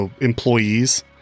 employees